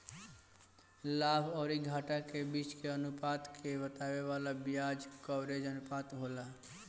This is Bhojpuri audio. लाभ अउरी घाटा के बीच के अनुपात के बतावे वाला बियाज कवरेज अनुपात होला